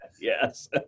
Yes